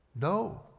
no